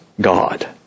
God